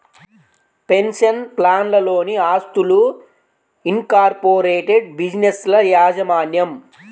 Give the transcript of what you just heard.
pension ప్లాన్లలోని ఆస్తులు, incorporated బిజినెస్ల యాజమాన్యం